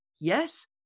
Yes